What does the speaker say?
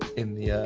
in the